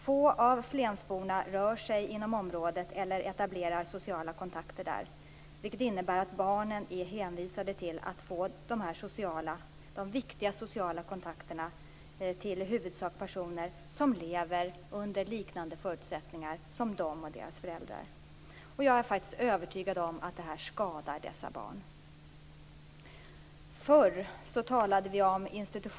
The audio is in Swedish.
Ett avvisningsbeslut som inte har verkställts preskriberas efter fyra år. Beslutet innebär att den aktuella gruppen efter ansökan kan beviljas uppehållstillstånd omedelbart. Det är riktigt som Ulla Hoffmann säger att asylsökande barn inte har rätt till skolgång på exakt samma villkor som barn som är bosatta i Sverige.